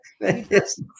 Yes